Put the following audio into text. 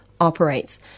operates